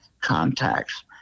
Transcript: contacts